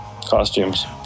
costumes